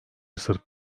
sırp